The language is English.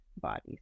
bodies